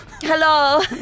Hello